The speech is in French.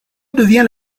devient